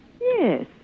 Yes